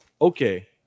Okay